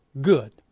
good